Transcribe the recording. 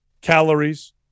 calories